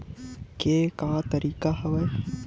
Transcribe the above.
के का तरीका हवय?